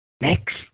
Next